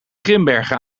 grimbergen